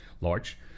large